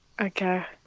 Okay